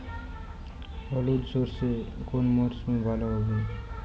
হলুদ সর্ষে কোন মরশুমে ভালো হবে?